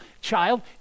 child